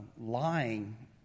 Lying